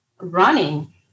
running